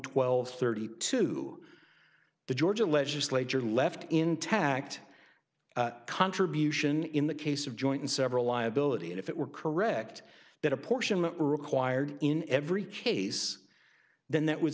twelve thirty two the georgia legislature left intact contribution in the case of joint and several liability and if it were correct that a portion of a required in every case then that would